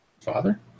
Father